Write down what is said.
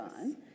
on